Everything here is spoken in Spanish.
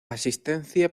asistencia